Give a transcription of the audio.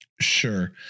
sure